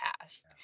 past